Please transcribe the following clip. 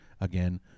again